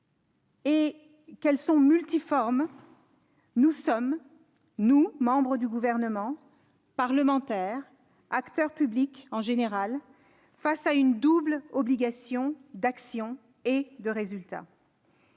qu'elles sont multiformes, nous sommes, nous, membres du Gouvernement, parlementaires, acteurs publics en général, confrontés à une double obligation d'action et de résultat.